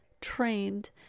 trained